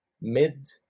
mid